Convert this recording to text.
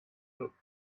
looked